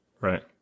Right